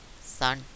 son